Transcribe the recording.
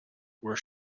were